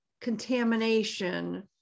contamination